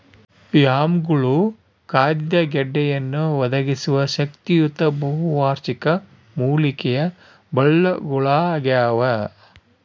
ಯಾಮ್ಗಳು ಖಾದ್ಯ ಗೆಡ್ಡೆಯನ್ನು ಒದಗಿಸುವ ಶಕ್ತಿಯುತ ಬಹುವಾರ್ಷಿಕ ಮೂಲಿಕೆಯ ಬಳ್ಳಗುಳಾಗ್ಯವ